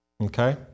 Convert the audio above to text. Okay